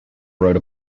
wrote